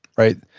right?